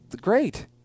Great